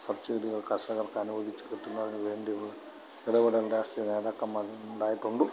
സബ്സിഡികൾ കർഷകർക്ക് അനുവദിച്ചു കിട്ടുന്നതിന് വേണ്ടിയുള്ള ഇടപെടൽ രാഷ്ട്രീയ നേതാക്കന്മാരിൽനിന്നുണ്ടായിട്ടുണ്ട്